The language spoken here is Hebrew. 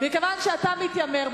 מכיוון שאתה מתיימר,